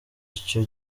icyo